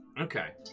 Okay